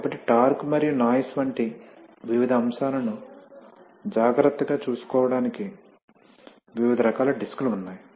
కాబట్టి టార్క్ మరియు నాయిస్ వంటి వివిధ అంశాలను జాగ్రత్తగా చూసుకోవడానికి వివిధ రకాల డిస్క్లు ఉన్నాయి